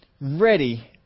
ready